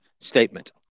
statement